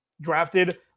drafted